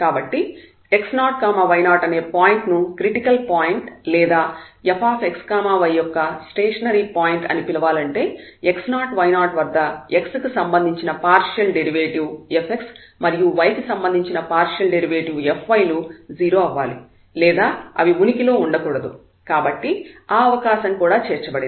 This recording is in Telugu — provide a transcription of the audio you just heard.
కాబట్టి x0y0 అనే పాయింట్ ను క్రిటికల్ పాయింట్ లేదా fxy యొక్క స్టేషనరీ పాయింట్ అని పిలవాలంటే x0y0 వద్ద x కి సంబంధించిన పార్షియల్ డెరివేటివ్ fx మరియు y కి సంబంధించిన పార్షియల్ డెరివేటివ్ fy లు 0 అవ్వాలి లేదా అవి ఉనికిలో ఉండకూడదు కాబట్టి ఆ అవకాశం కూడా చేర్చబడినది